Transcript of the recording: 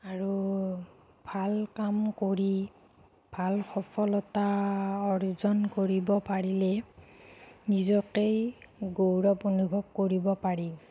আৰু ভাল কাম কৰি ভাল সফলতা অৰ্জন কৰিব পাৰিলে নিজকেই গৌৰৱ অনুভৱ কৰিব পাৰি